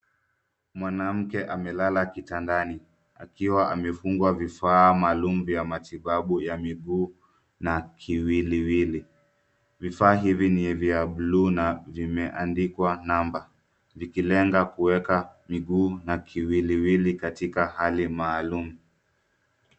Mwanamke amelala kitandani akiwa amefungwa vifaa maalum vya matibabu ya miguu na kiwiliwili, vifaa hivi ni vya buluu na vimeandikwa namba, vikilenga kuweka miguu na kiwiliwili katika hali maalum.